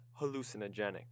hallucinogenic